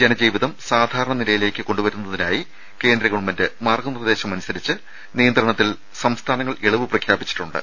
ജനജീവിതം സാധാരണ നിലയിലേയ്ക്ക് കൊണ്ടുവരുന്നതിനായി കേന്ദ്ര ഗവൺമെന്റ് മാർഗ്ഗ നിർദ്ദേശം അനുസരിച്ച് നിയന്ത്രണത്തിൽ സംസ്ഥാനങ്ങൾ ഇളവ് പ്രഖ്യാപിച്ചിട്ടുണ്ട്